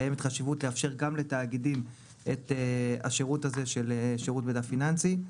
קיימת חשיבות לאפשר גם לתאגידים את השירות הזה של שירות מידע פיננסי.